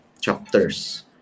chapters